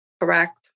Correct